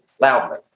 loudly